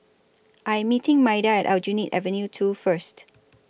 I Am meeting Maida At Aljunied Avenue two First